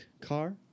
car